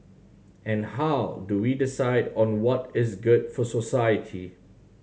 and how do we decide on what is good for society